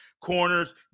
corners